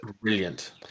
brilliant